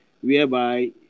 whereby